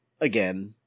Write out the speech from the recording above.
again